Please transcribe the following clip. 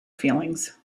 feelings